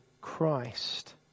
Christ